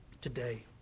today